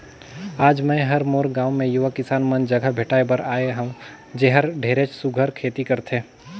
आज मैं हर मोर गांव मे यूवा किसान मन जघा भेंटाय बर आये हंव जेहर ढेरेच सुग्घर खेती करथे